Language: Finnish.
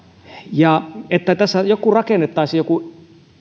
että tässä rakennettaisiin joku